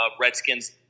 Redskins